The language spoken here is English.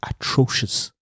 atrocious